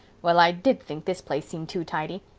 well, i did think this place seemed too tidy.